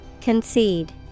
Concede